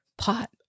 Pot